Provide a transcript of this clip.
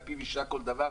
על פיו יישק דבר?